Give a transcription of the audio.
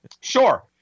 Sure